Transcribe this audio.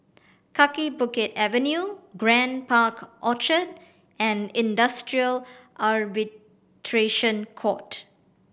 Kaki Bukit Avenue Grand Park Orchard and Industrial Arbitration Court